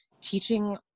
teaching